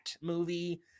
movie